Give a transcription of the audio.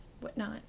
whatnot